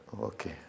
Okay